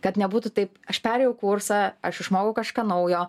kad nebūtų taip aš perėjau kursą aš išmokau kažką naujo